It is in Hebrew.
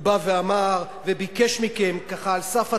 הוא בא ואמר, וביקש מכם, ככה, על סף התחינה,